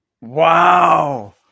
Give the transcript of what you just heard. wow